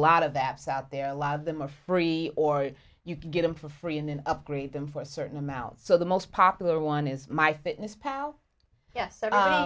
lot of apps out there a lot of them are free or you can get them for free and then upgrade them for a certain amount so the most popular one is my fitness pal